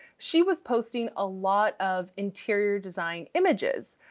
she was posting a lot of interior design images,